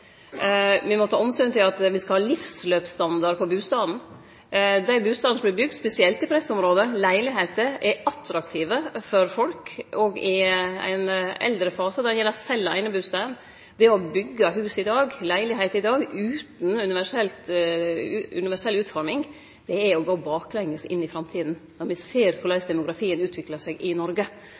må ta omsyn til at me skal ha livsløpsstandard på bustadene. Dei bustadene som vert bygde spesielt i pressområda, leilegheiter, er attraktive for folk i ein eldre fase – dei sel gjerne einebustaden. Det å byggje hus i dag – leilegheiter i dag – utan universell utforming er å gå baklenges inn i framtida, når me ser korleis demografien utviklar seg i Noreg.